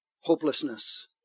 hopelessness